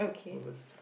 go first